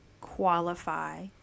qualify